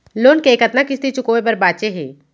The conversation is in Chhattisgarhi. लोन के कतना किस्ती चुकाए बर बांचे हे?